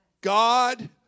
God